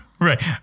Right